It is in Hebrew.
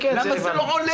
למה זה לא עולה?